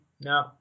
No